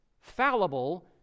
fallible